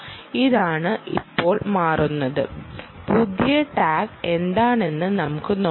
ഇതാണ് ഇപ്പോൾ മാറുന്നത് പുതിയ ടാഗ് എന്താണെന്ന് നമുക്ക് നോക്കാം